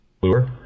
lure